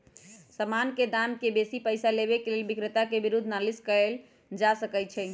समान के दाम से बेशी पइसा लेबे पर विक्रेता के विरुद्ध नालिश कएल जा सकइ छइ